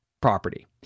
property